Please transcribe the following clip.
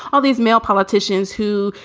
all these male politicians who,